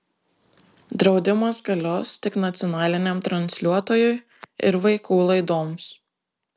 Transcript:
draudimas galios tik nacionaliniam transliuotojui ir vaikų laidoms